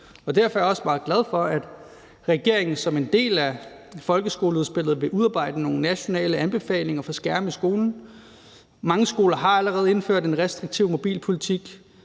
Derfor er jeg også meget glad for, at regeringen som en del af folkeskoleudspillet vil udarbejde nogle nationale anbefalinger for skærme i skolen. Mange skoler har allerede indført en restriktiv mobilpolitik,